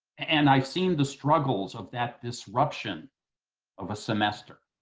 and i've seen the struggles of that disruption of a semester,